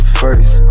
first